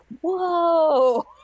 whoa